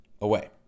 away